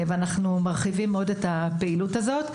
אנחנו מרחיבים את הפעילות הזאת.